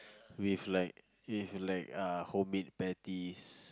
with like with like uh home made patties